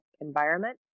environment